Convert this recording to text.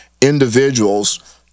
individuals